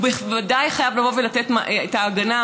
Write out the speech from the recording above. הוא בוודאי חייב לתת הגנה,